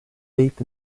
deep